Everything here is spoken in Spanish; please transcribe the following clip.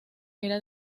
era